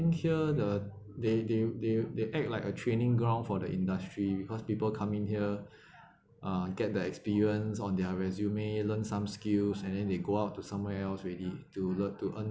here the they they they they act like a training ground for the industry because people come in here uh get the experience on their resume learn some skills and then they go out to somewhere else already to learn to earn